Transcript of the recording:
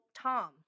Tom